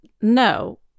No